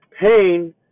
Pain